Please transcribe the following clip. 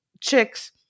chicks